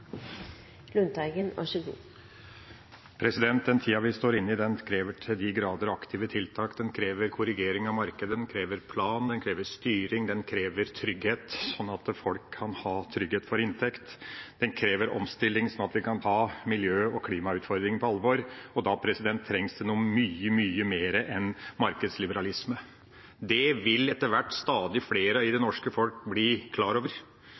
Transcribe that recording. Den tida vi er inne i, krever til de grader aktive tiltak. Den krever korrigering av marked, plan, styring og trygghet, sånn at folk kan ha trygghet for inntekt, og den krever omstilling, sånn at vi kan ta miljø- og klimautfordringene på alvor. Da trengs det noe mye, mye mer enn markedsliberalisme. Det vil etter hvert stadig flere i det norske folk bli klar over.